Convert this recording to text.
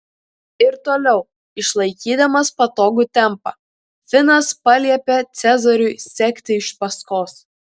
ir toliau išlaikydamas patogų tempą finas paliepė cezariui sekti iš paskos